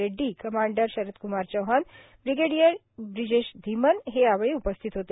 Reddy commander Sharad Kumar Chauhan brigadier Brijesh Dhiman हे यावेळी उपस्थित होते